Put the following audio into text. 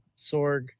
Sorg